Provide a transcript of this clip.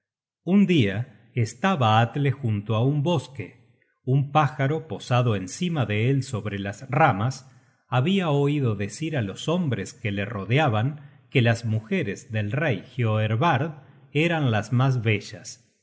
un dia estaba atle junto á un bosque un pájaro posado encima de él sobre las ramas habia oido decir á los hombres que le rodeaban que las mujeres del rey hioervard eran las mas bellas el